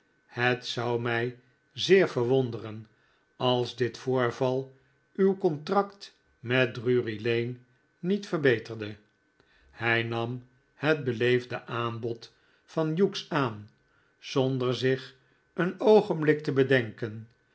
het zou mij zeer verwonderen als dit voorval uw contract met drury-lane niet verbeterde hij nam het beleefde aanbod van hughes aan zonder zich een oogenblik te bedenken